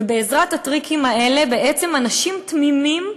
ובעזרת הטריקים האלה אנשים תמימים,